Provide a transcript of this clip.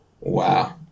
Wow